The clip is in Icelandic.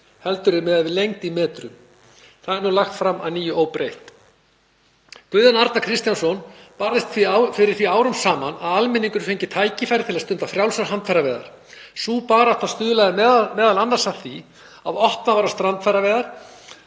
heldur er miðað við lengd í metrum. Það er nú lagt fram að nýju óbreytt. Guðjón Arnar Kristjánsson barðist fyrir því árum saman að almenningur fengi tækifæri til að stunda frjálsar handfæraveiðar. Sú barátta stuðlaði m.a. að því að opnað var á strandveiðar